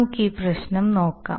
നമുക്ക് ഈ പ്രശ്നം നോക്കാം